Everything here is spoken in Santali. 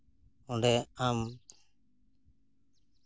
ᱚᱸᱰᱮ ᱟᱢ